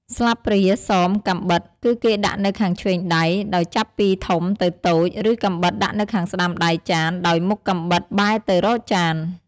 ស្លាបព្រា សម កាំបិត គឺគេដាក់នៅខាងឆ្វេងដៃ ដោយចាប់ពីធំទៅតូច រីកាំបិតដាក់នៅខាងស្តាំដៃចាន ដោយមុខកាំបិតបែរទៅរកចាន។